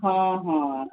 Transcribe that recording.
ହଁ ହଁ